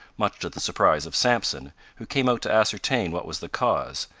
much to the surprise of sampson, who came out to ascertain what was the cause,